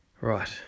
Right